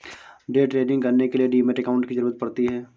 day trading करने के लिए डीमैट अकांउट की जरूरत पड़ती है